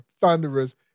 thunderous